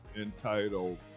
entitled